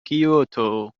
كيوتو